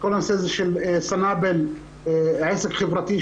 השמה בעסק חברתי,